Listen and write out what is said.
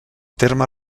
terme